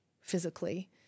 physically